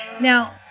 now